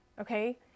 okay